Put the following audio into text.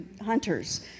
hunters